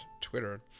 Twitter